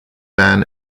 van